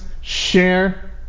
share